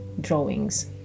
drawings